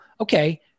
okay